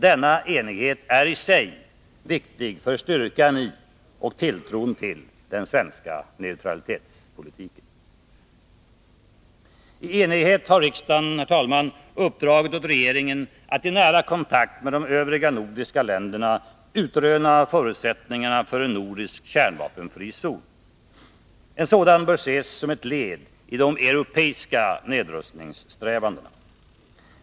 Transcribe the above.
Denna enighet är i sig viktig för styrkan i och tilltron till den svenska neutralitetspolitiken. Herr talman! I enighet har riksdagen uppdragit åt regeringen att i nära kontakt med våra nordiska grannländer utröna förutsättningarna för en nordisk kärnvapenfri zon. En sådan bör ses som ett led i de europeiska nedrustningssträvandena.